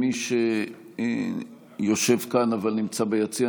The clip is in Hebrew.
מי שיושב כאן אבל נמצא ביציע,